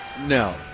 no